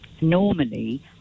normally